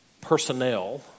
personnel